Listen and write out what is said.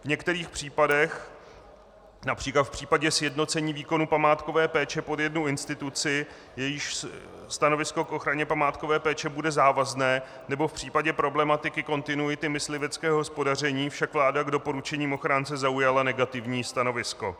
V některých případech, např. v případě sjednocení výkonu památkové péče pod jednu instituci, jejíž stanovisko k ochraně památkové péče bude závazné, nebo v případě problematiky kontinuity mysliveckého hospodaření, však vláda k doporučením ochránce zaujala negativní stanovisko.